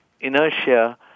inertia